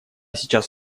сейчас